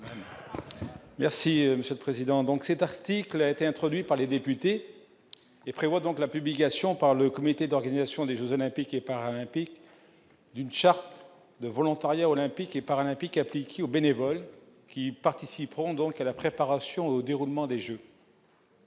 Merci Monsieur le Président, donc, cet article a été introduit par les députés et prévoit donc la publication par le comité d'organisation des Jeux olympiques et paralympiques d'une charte de volontariat olympique et paralympique appliquée aux bénévoles qui participeront donc à la préparation au déroulement des Jeux.